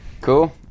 Cool